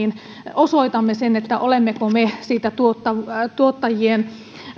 osoitamme sen olemmeko me huolissamme tuottajien